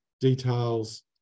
details